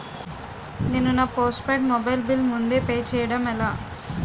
నేను నా postpaid mobile bill ముందే పే చేయడం ఎలా?